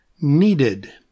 Needed